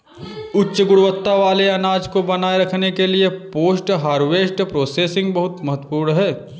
उच्च गुणवत्ता वाले अनाज को बनाए रखने के लिए पोस्ट हार्वेस्ट प्रोसेसिंग बहुत महत्वपूर्ण है